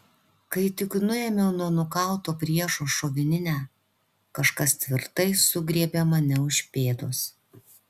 kai tik nuėmiau nuo nukauto priešo šovininę kažkas tvirtai sugriebė mane už pėdos